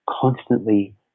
constantly